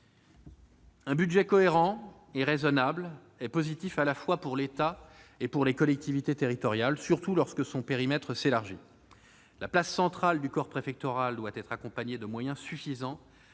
Un budget cohérent et raisonnable est positif à la fois pour l'État et pour les collectivités territoriales, surtout lorsque son périmètre s'élargit. La place centrale du corps préfectoral doit être accompagnée de moyens suffisants